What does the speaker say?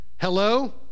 Hello